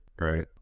right